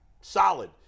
Solid